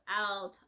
out